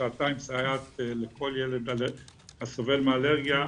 לשעתיים סייעת לכל ילד הסובל מאלרגיה,